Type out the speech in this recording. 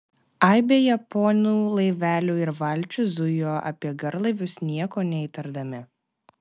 aibė japonų laivelių ir valčių zujo apie garlaivius nieko neįtardami